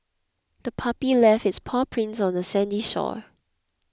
the puppy left its paw prints on the sandy shore